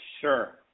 Sure